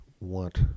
want